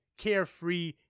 carefree